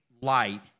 light